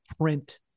print